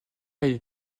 est